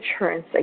insurance